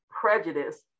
prejudice